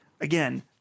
again